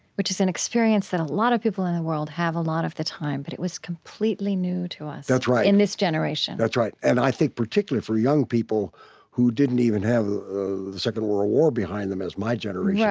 which is an experience that a lot of people in the world have a lot of the time, but it was completely new to us in this generation that's right. and, i think, particularly for young people who didn't even have the second world war behind them, as my generation yeah